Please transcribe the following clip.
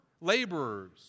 laborers